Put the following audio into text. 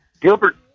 Gilbert